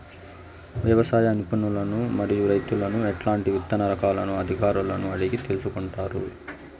వ్యవసాయ నిపుణులను మరియు రైతులను ఎట్లాంటి విత్తన రకాలను అధికారులను అడిగి తెలుసుకొంటారు?